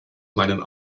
meinen